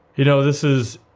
you know, this is,